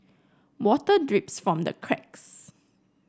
water drips from the cracks